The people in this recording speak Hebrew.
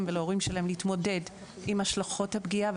ולהורים שלהם להתמודד עם השלכות הפגיעה,